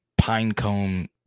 pinecone